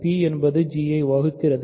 p என்பதும் g h ஐ வகுக்கிறது